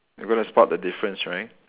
we gonna spot the difference right